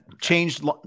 changed